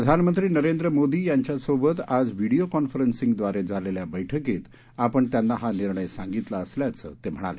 प्रधानमंत्री नरेंद्र मोदी यांच्यासोबत आज व्हिडिओ कॉन्फरन्सद्वारे झालेल्या बैठकीत आपण त्यांना हा निर्णय सांगितला असल्याचं ते म्हणाले